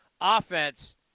offense